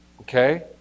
Okay